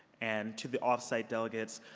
and to the off-site delegates,